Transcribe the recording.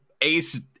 Ace